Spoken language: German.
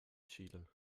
chile